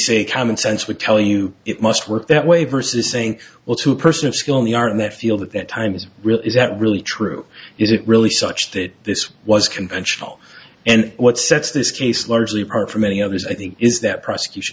safely say common sense would tell you it must work that way versus saying well to a person of skill in the art in that field at that time is real is that really true is it really such that this was conventional and what sets this case largely apart from many others i think is that prosecution